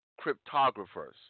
cryptographers